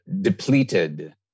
depleted